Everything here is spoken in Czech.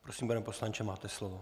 Prosím, pane poslanče, máte slovo.